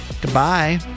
Goodbye